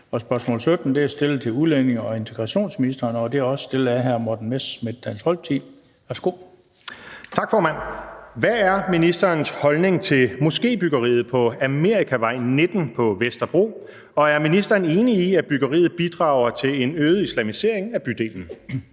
Spm. nr. S 1003 17) Til udlændinge- og integrationsministeren af: Morten Messerschmidt (DF): Hvad er ministerens holdning til moskébyggeriet på Amerikavej 19 på Vesterbro, og er ministeren enig i, at byggeriet bidrager til en øget islamisering af bydelen?